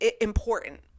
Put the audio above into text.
important